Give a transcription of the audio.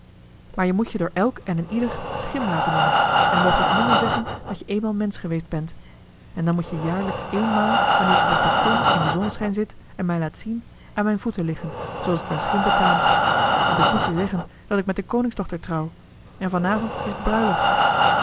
maar je moet je door elk en een ieder schim laten noemen en moogt het nimmer zeggen dat je eenmaal mensch geweest bent en dan moet je jaarlijks eenmaal wanneer ik op het balkon in den zonneschijn zit en mij laat zien aan mijn voeten liggen zooals het een schim betaamt want ik moet je zeggen dat ik met de koningsdochter trouw en van avond is het bruiloft